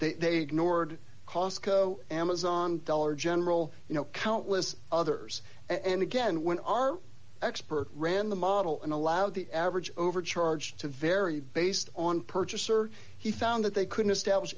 that they nord costco amazon dollar general you know countless others and again when our expert ran the model and allowed the average over charge to vary based on purchaser he found that they couldn't establish